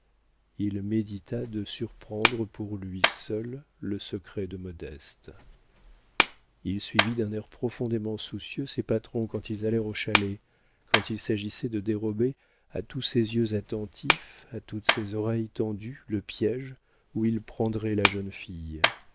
il médita de surprendre pour lui seul le secret de modeste il suivit d'un air profondément soucieux ses patrons quand ils allèrent au chalet car il s'agissait de dérober à tous ces yeux attentifs à toutes ces oreilles tendues le piége où il prendrait la jeune fille